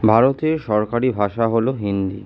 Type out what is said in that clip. ভারতের সরকারি ভাষা হল হিন্দি